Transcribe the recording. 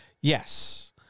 Yes